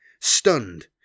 Stunned